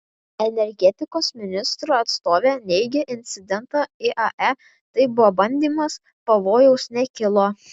energetikos ministro atstovė neigia incidentą iae tai buvo bandymas pavojaus nekilo